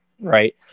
right